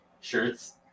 shirts